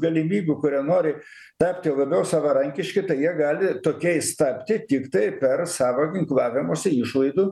galimybių kurie nori tapti labiau savarankiški tai jie gali tokiais tapti tiktai per savo ginklavimosi išlaidų